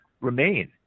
remain